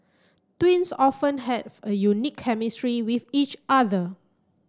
twins often have a unique chemistry with each other